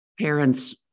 parents